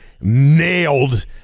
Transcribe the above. nailed